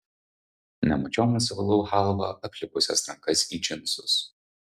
nemačiom nusivalau chalva aplipusias rankas į džinsus